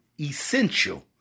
essential